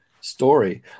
story